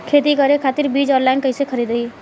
खेती करे खातिर बीज ऑनलाइन कइसे खरीदी?